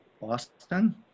Boston